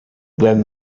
then